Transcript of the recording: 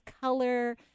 color